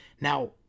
Now